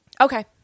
Okay